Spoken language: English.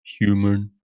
Human